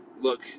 look